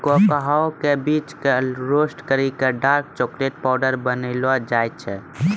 cocoa के बीज कॅ रोस्ट करी क डार्क चाकलेट पाउडर बनैलो जाय छै